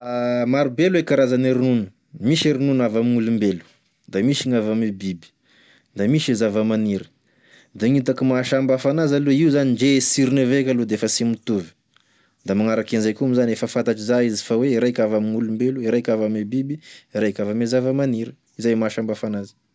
Marobe aloa e karazane ronono, misy gn'avy amegn'olombelo, misy gn'avy ame biby da misy e zavamaniry, ndre gn'itako mahasambafa anazy aloa io zany ndre e sirony evao eky aloa defa sy mitovy da magnaraky enizay koa moa zany efa fantatry za izy fa hoe raiky avy amegn'olombelo,e raiky avy ame biby, raiky avy ame zavamaniry, zay e mahasambafa anazy.